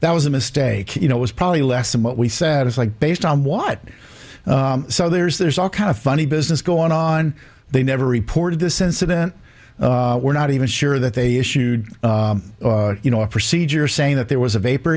that was a mistake you know was probably less than what we said it's like based on what so there's there's all kind of funny business going on they never reported this incident we're not even sure that they issued you know a procedure saying that there was a vapor